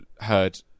heard